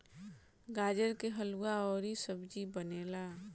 गाजर के हलुआ अउरी सब्जी बनेला